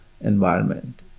environment